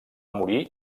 morir